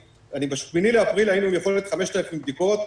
ב-8 באפריל היינו עם יכולת של 5,000 בדיקות,